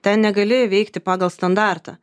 ten negali veikti pagal standartą